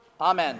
Amen